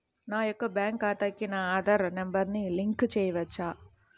నా యొక్క బ్యాంక్ ఖాతాకి నా ఆధార్ నంబర్ లింక్ చేయవచ్చా?